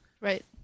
Right